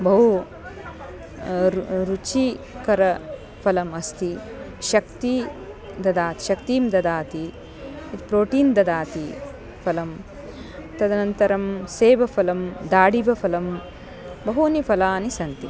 बहु रु रुचिकरफलम् अस्ति शक्तिं ददाति शक्तिं ददाति प्रोटीन् ददाति फलं तदनन्तरं सेवफलं दाडिबफलं बहूनि फलानि सन्ति